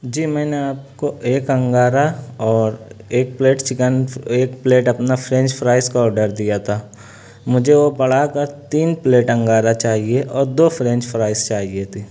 جی میں نے آپ کو ایک انگارہ اور ایک پلیٹ چکن ایک اپنا فرینچ فرائز کا آڈر دیا تھا مجھے وہ بڑھا کر تین پلیٹ انگارہ چاہیے اور دو فرینچ فرائز چاہیے تھی